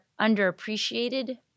underappreciated